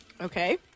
Okay